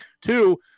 two